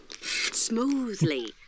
Smoothly